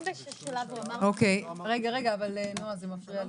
באיזה שהוא שלב הוא אמר --- לא אמרתי שהיא מסכימה,